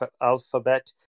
alphabet